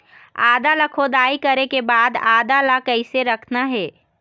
आदा ला खोदाई करे के बाद आदा ला कैसे रखना हे?